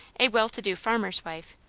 a well-to-do farmer's wife,